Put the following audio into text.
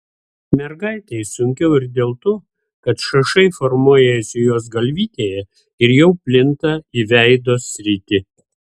mergaitei sunkiau ir dėl to kad šašai formuojasi jos galvytėje ir jau plinta į veido sritį